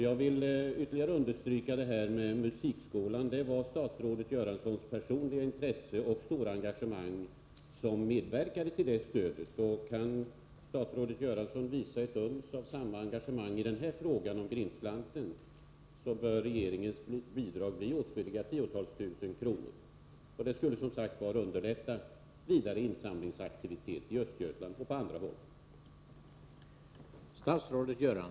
Jag vill ytterligare understryka att statsrådet Göranssons personliga intresse och stora engagemang medverkade till det stöd som gavs till musikskolan. Kan statsrådet visa ett uns av samma engagemang i fråga om Grindslanten, bör regeringens bidrag kunna bli åtskilliga tiotusental kronor. Och det skulle, som sagt, underlätta vidare insamlingsaktivitet i Östergötland och på annat håll.